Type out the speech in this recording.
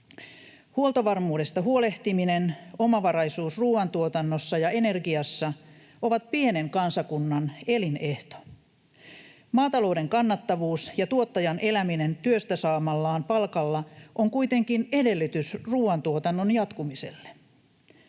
Huoltovarmuudesta huolehtiminen, omavaraisuus ruoantuotannossa ja energiassa ovat pienen kansakunnan elinehto. Maatalouden kannattavuus ja tuottajan eläminen työstä saamallaan palkalla on kuitenkin edellytys ruoantuotannon jatkumiselle.